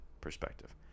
perspective